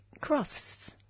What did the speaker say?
Crofts